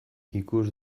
ikus